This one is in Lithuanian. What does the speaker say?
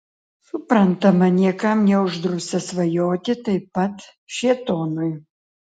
suprantama niekam neuždrausta svajoti taip pat šėtonui